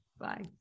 bye